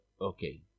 okay